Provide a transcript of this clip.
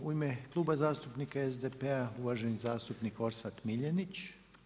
U ime Kluba zastupnika SDP-a uvaženi zastupnik Orsat Miljenić.